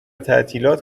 تعطیلات